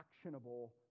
actionable